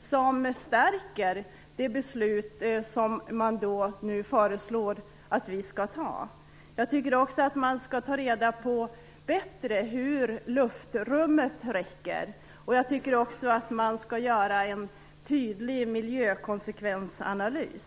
som stärker det beslut som nu föreslås att vi skall fatta. Jag tycker också att man bättre skall ta reda på hur luftrummet räcker. Jag tycker också att man skall göra en tydlig miljökonsekvensanalys.